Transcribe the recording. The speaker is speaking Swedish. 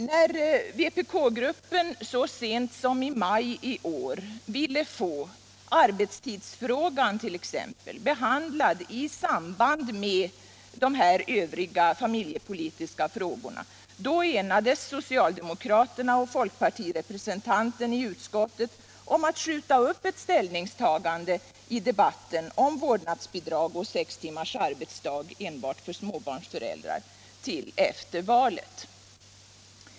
När vpk-gruppen så sent som i maj i år ville få arbetstidsfrågan upptagen till reell behandling i samband med de övriga familjepolitiska frågorna enades socialdemokraterna och folkpartirepresentanten i utskottet om att skjuta upp ett ställningstagande i debatten om vårdnadsbidrag och sex timmars arbetsdag enbart för småbarnsföräldrar till efter valet.